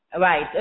Right